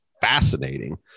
fascinating